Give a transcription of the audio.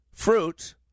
fruit